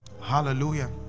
Hallelujah